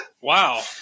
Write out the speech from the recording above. Wow